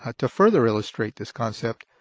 ah to further illustrate this concept,